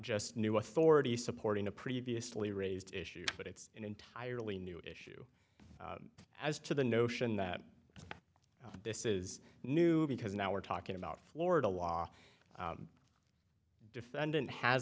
just new authority supporting a previously raised issue but it's an entirely new issue as to the notion that this is new because now we're talking about florida law defendant has